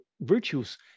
virtues